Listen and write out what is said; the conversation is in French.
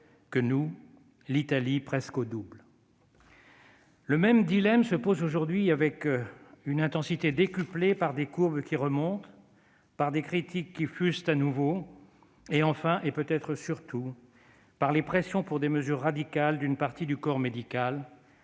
que nous, l'Italie en a presque le double. Très bien ! Le même dilemme se pose aujourd'hui avec une intensité décuplée par des courbes qui remontent, par des critiques qui fusent de nouveau et, enfin et peut-être surtout, par les pressions pour des mesures radicales d'une partie du corps médical,